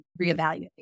reevaluate